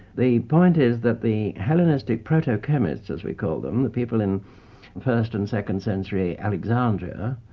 the point is that the hellenistic proto-chemists as we call them, the people in first and second century alexandria,